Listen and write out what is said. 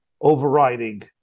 overriding